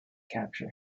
capture